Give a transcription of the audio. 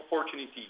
opportunities